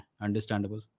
understandable